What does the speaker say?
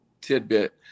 tidbit